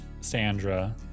Sandra